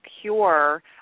cure